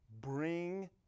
bring